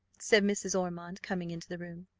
said mrs. ormond, coming into the room.